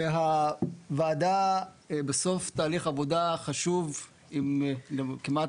הוועדה בסוף תהליך עבודה חשוב עם כמעט